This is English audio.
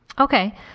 Okay